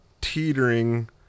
Teetering